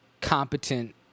competent